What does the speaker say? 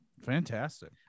Fantastic